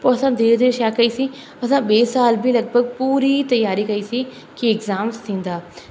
पोइ असां धीरे धीरे छा कईसीं असां ॿिए साल बि लॻभॻि पूरी तयारी कइसीं की एग्ज़ाम्स थींदा